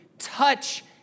Touch